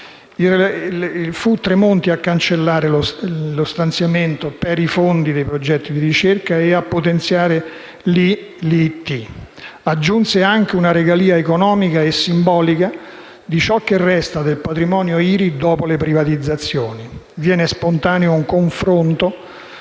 Fu Tremonti a cancellare lo stanziamento per i fondi dei progetti di ricerca e a potenziare l'IIT. Aggiunse anche una regalia economica e simbolica di ciò che resta del patrimonio IRI dopo le privatizzazioni. Viene spontaneo un confronto